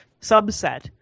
subset